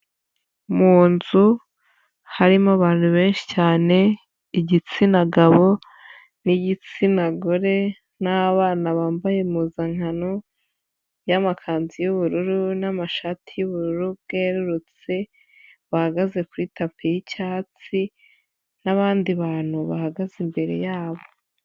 Mu nzu harimo abantu benshi cyane, igitsina gabo n'igitsina gore n'abana bambaye impuzankano y'amakanzu y'ubururu n'amashati y'ubururu bwerurutse, bahagaze kuri tapi y'icyatsi n'abandi bantu bahagaze imbere yabo.